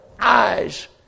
eyes